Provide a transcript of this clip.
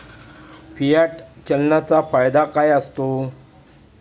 Fiat चलनाचा फायदा काय असतो?